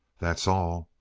that's all.